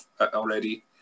already